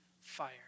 fire